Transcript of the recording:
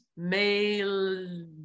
male